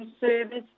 service